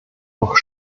doch